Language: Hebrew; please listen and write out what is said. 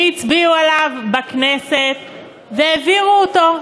והצביעו עליו בכנסת, והעבירו אותו,